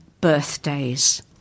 birthdays